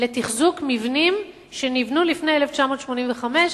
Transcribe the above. לתחזוק מבנים שנבנו לפני 1985,